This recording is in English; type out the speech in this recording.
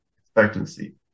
expectancy